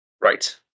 Right